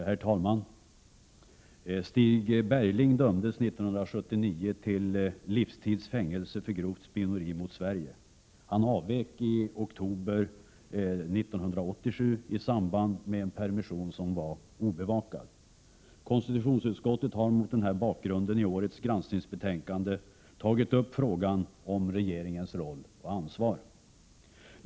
Herr talman! Stig Bergling dömdes 1979 till livstids fängelse för grovt spioneri mot Sverige. Han avvek i oktober 1987 i samband med en permission som var obevakad. Konstitutionsutskottet har mot denna bakgrund i årets granskningsbetänkande tagit upp frågan om regeringens roll och ansvar.